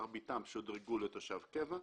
מרביתם שודרגו לתושב קבע.